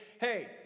hey